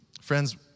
Friends